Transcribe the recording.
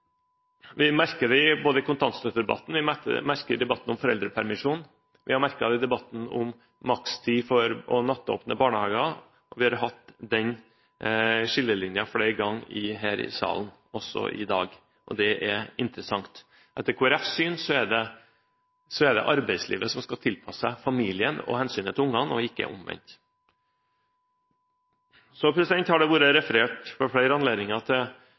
Vi merker det i kontantstøttedebatten, vi merker det i debatten om foreldrepermisjon, vi har merket det i debatten om makstid og nattåpne barnehager. Vi har hatt den skillelinjen flere ganger her i salen, også i dag, og det er interessant. Etter Kristelig Folkepartis syn er det arbeidslivet som skal tilpasse seg familien og hensynet til ungene, og ikke omvendt. Så har det ved flere anledninger vært referert